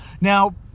Now